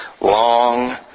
long